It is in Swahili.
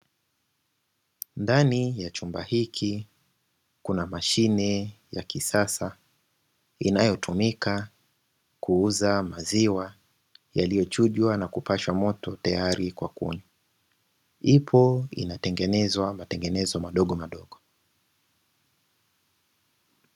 Ndani ya chumba hiki kuna mashine ya kisasa, inayotumika kuuza maziwa yaliyochujwa na kupashwa moto tayari kwa kunywa. Ipo inatengenezwa matengenezo madogo madogo.